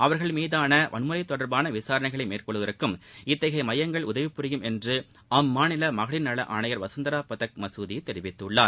அவர்கள் மீதா வன்முறை தொடர்பான விசாரணைகளை மேற்கொள்வதற்கும் இத்தகைய மையங்கள் உதவி புரியும் என்று அம்மாநில மகளிர் நல ஆணையர் வசுந்தரா பதக் மசூதி தெரிவித்துள்ளார்